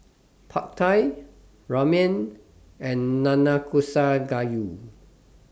Pad Thai Ramen and Nanakusa Gayu